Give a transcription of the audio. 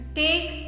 take